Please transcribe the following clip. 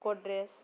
Godrej